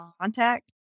contact